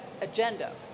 agenda